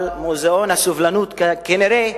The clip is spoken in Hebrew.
אבל מוזיאון הסובלנות, כנראה,